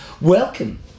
welcome